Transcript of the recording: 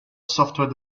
software